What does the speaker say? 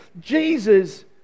Jesus